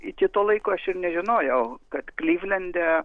iki to laiko aš ir nežinojau kad klivlende